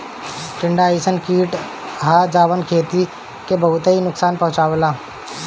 टिड्डा अइसन कीट ह जवन खेती के बहुते नुकसान पहुंचावेला